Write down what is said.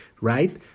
right